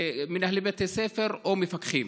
מנהלי בתי ספר או מפקחים?